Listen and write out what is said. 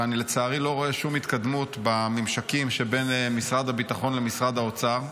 ואני לצערי לא רואה שום התקדמות בממשקים שבין משרד הביטחון למשרד האוצר.